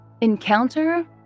Encounter